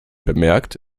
bemerkt